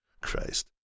Christ